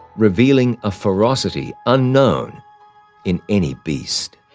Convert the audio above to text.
revealing a ferocity unknown in any beast.